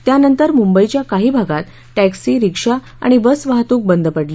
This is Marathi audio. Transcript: त्यानंतर मुंबईच्या काही भागात टॅक्सी रिक्षा आणि बसवाहतूक बंद पडली